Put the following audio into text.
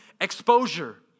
exposure